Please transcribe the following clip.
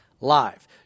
Live